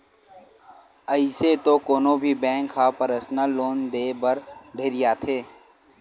अइसे तो कोनो भी बेंक ह परसनल लोन देय बर ढेरियाथे